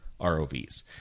ROVs